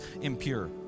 impure